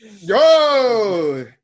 Yo